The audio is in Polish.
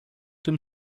tym